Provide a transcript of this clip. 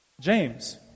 James